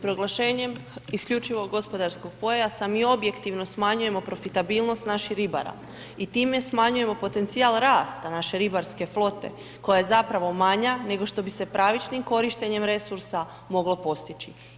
Proglašenjem isključivog gospodarskog pojasa mi objektivno smanjujemo profitabilnost naših ribara i time smanjujemo potencijal rasta naše ribarske flote koja je zapravo manja nego što bi se pravičnim korištenjem resursa moglo postići.